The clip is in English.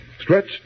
Stretched